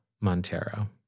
Montero